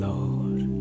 Lord